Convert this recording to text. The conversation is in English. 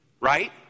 right